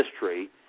history